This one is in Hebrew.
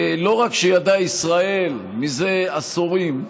לא רק שידעה ישראל מזה עשורים,